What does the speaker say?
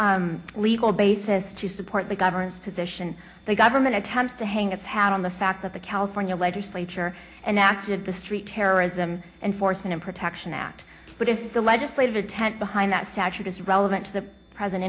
no legal basis to support the government's position the government attempts to hang its hat on the fact that the california legislature enacted the street terrorism and force and protection act but if the legislative intent behind that statute is relevant to the present